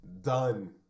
Done